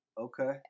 okay